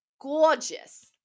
gorgeous